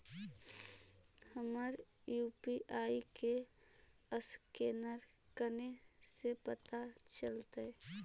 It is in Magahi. हमर यु.पी.आई के असकैनर कने से पता चलतै?